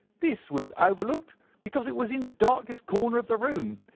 this was overlooked because it was in the darkest corner of the room,